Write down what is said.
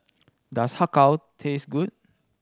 does Har Kow taste good